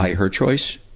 her choice?